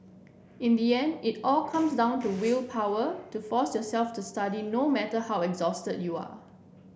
in the end it all comes down to willpower to force yourself to study no matter how exhausted you are